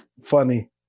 funny